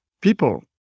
people